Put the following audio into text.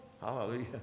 hallelujah